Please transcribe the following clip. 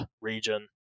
region